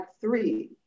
three